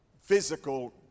physical